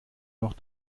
noch